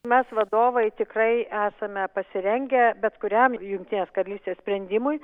mes vadovai tikrai esame pasirengę bet kuriam jungtinės karalystės sprendimui